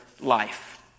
life